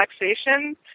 relaxation